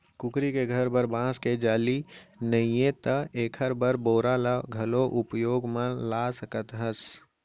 कुकरी के घर बर बांस के जाली नइये त एकर बर बोरा ल घलौ उपयोग म ला सकत हस